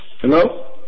Hello